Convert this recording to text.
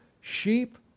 sheep